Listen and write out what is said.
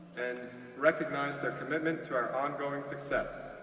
and recognize their commitment to our ongoing success.